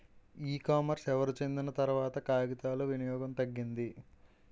e commerce ఎవరు చెందిన తర్వాత కాగితాల వినియోగం తగ్గింది